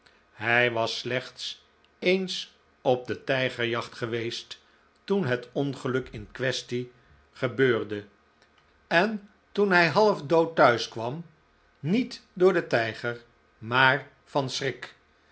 hij was slechts eens op de tijgerjacht geweest toen het ongeluk in quaestie gebeurde en toen hij half dood thuiskwam niet door den tijger maar van schrik